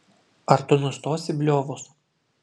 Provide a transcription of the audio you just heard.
ar tu nustosi bliovus